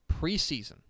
preseason